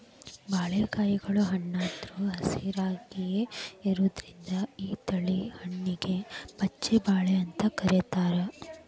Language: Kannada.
ಬಾಳಿಕಾಯಿಗಳು ಹಣ್ಣಾದ್ರು ಹಸಿರಾಯಾಗಿಯೇ ಇರೋದ್ರಿಂದ ಈ ತಳಿ ಹಣ್ಣಿಗೆ ಪಚ್ಛ ಬಾಳೆ ಅಂತ ಕರೇತಾರ